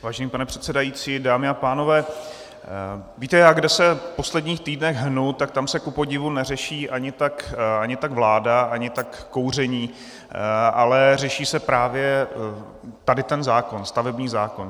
Vážený pane předsedající, dámy a pánové, víte, kam se v posledních týdnech hnu, tak tam se kupodivu neřeší ani tak vláda, ani tak kouření, ale řeší se právě tento zákon, stavební zákon.